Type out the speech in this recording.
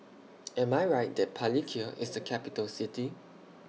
Am I Right that Palikir IS A Capital City